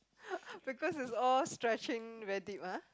because it's all stretching very deep ah